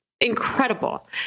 incredible